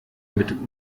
mit